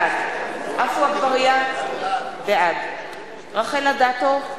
בעד עפו אגבאריה, בעד רחל אדטו,